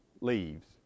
leaves